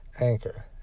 Anchor